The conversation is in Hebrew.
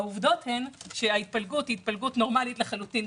העובדה היא שזאת התפלגות נורמלית לחלוטין,